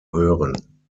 hören